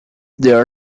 their